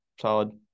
solid